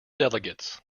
delegates